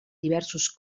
diversos